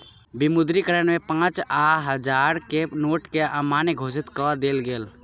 विमुद्रीकरण में पाँच आ हजार के नोट के अमान्य घोषित कअ देल गेल